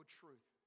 truth